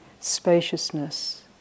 spaciousness